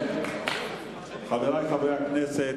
חברי חברי הכנסת,